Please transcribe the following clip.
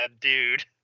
dude